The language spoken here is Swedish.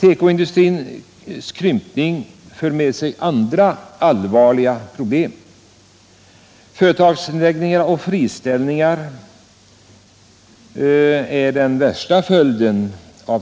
Tekoindustrins krympning för med sig andra allvarliga problem. Företagsnedläggningar och friställningar är de värsta följderna.